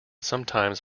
sometimes